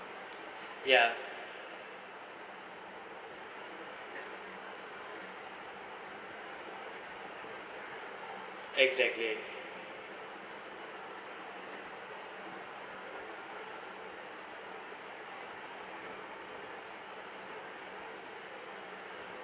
ya exactly